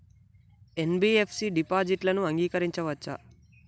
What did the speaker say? NBFC డిపాజిట్లను అంగీకరించవచ్చా?